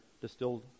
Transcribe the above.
distilled